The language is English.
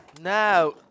Now